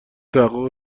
تحقق